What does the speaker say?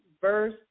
verse